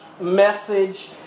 message